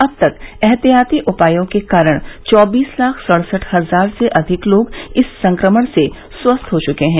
अब तक एहतियाती उपायों के कारण चौबीस लाख सड़सठ हजार से अधिक लोग इस संक्रमण से स्वस्थ हो चुके हैं